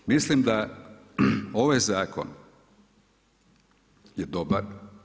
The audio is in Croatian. Mislim da ovaj zakon je dobar.